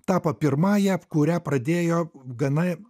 tapo pirmąja kurią pradėjo gana